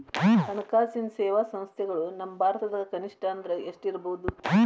ಹಣ್ಕಾಸಿನ್ ಸೇವಾ ಸಂಸ್ಥೆಗಳು ನಮ್ಮ ಭಾರತದಾಗ ಕನಿಷ್ಠ ಅಂದ್ರ ಎಷ್ಟ್ ಇರ್ಬಹುದು?